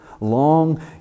long